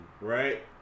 right